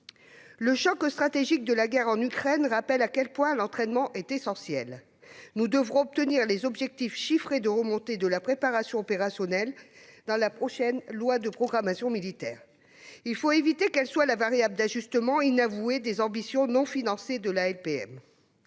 Le choc stratégique de la guerre en Ukraine rappelle à quel point l'entraînement est essentiel ! Nous devrons obtenir des objectifs chiffrés de remontée de la préparation opérationnelle dans la prochaine LPM. Il faut éviter qu'elle ne soit la variable d'ajustement inavouée des ambitions non financées de la LPM.